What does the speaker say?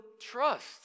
trust